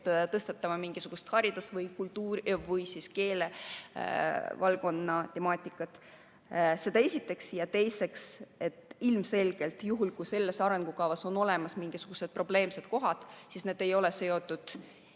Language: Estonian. tõstatame mingisuguse hariduse või kultuuri või keelevaldkonna temaatika. Seda esiteks. Ja teiseks: ilmselgelt juhul, kui selles arengukavas on olemas mingisugused probleemsed kohad, siis need ei ole seotud